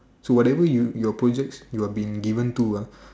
so whatever you your projects you are being given to ah